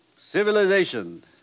civilization